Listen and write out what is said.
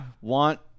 want